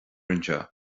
anseo